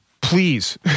please